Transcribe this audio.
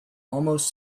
almost